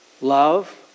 Love